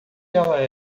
ela